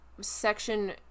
section